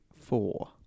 four